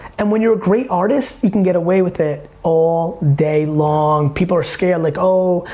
and when you're a great artist, you can get away with it all day long. people are scared, like oh,